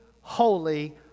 holy